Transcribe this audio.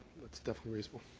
that's definitely reasonable.